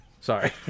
Sorry